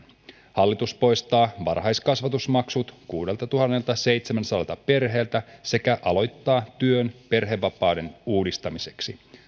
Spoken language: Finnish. hallitus poistaa varhaiskasvatusmaksut kuudeltatuhanneltaseitsemältäsadalta perheeltä sekä aloittaa työn perhevapaiden uudistamisen